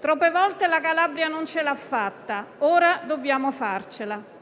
Troppe volte la Calabria non ce l'ha fatta; ora dobbiamo farcela.